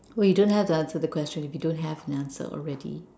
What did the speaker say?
wait you don't have to answer the question if you don't have an answer already